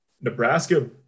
Nebraska